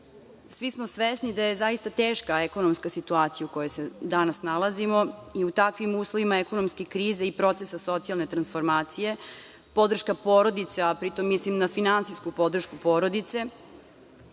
Svi smo svesni da je zaista teška ekonomska situacija u kojoj se danas nalazimo i u takvim uslovima ekonomske krize i procesa socijalne transformacije, podrška porodice, a pri tome mislim na finansijsku podršku porodice,